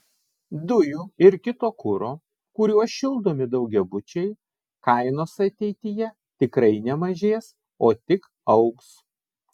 dujų ir kito kuro kuriuo šildomi daugiabučiai kainos ateityje tikrai nemažės o tik augs